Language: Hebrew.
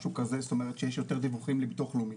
זאת אומרת שיש יותר דיווחים לביטוח לאומי.